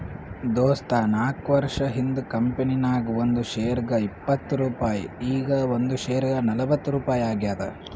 ದೋಸ್ತ ನಾಕ್ವರ್ಷ ಹಿಂದ್ ಕಂಪನಿ ನಾಗ್ ಒಂದ್ ಶೇರ್ಗ ಇಪ್ಪತ್ ರುಪಾಯಿ ಈಗ್ ಒಂದ್ ಶೇರ್ಗ ನಲ್ವತ್ ರುಪಾಯಿ ಆಗ್ಯಾದ್